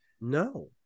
No